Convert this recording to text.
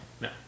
No